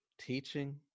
teaching